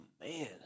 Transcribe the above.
man